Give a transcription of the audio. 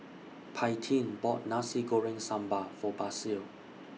Paityn bought Nasi Goreng Sambal For Basil